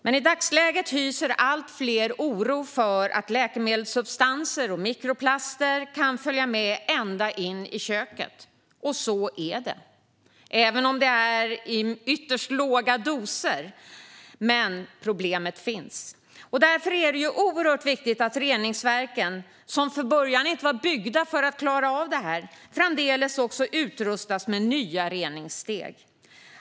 Men i dagsläget hyser allt fler oro för att läkemedelssubstanser och mikroplaster kan följa med ända in i köket. Och det gör de, även om det är i ytterst låga doser. Men problemet finns. Därför är det oerhört viktigt att reningsverken, som från början inte var byggda för att klara detta, framdeles utrustas med nya reningssteg.